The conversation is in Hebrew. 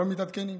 אבל מתעדכנים.